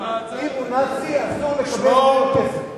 נאצי, אסור לקבל ממנו כסף.